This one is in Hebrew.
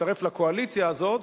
להצטרף לקואליציה הזאת,